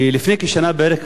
לפני שנה בערך,